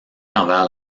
envers